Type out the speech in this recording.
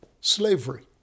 slavery